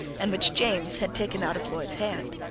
and which james had taken out of lloyd's hand.